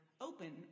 open